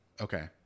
Okay